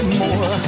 more